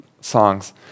songs